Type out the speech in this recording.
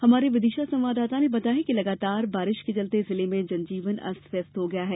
हमारे विदिशा संवाददाता ने बताया कि लगातार बारिश के चलते जिले में जनजीवन अस्त व्यस्त हो गया है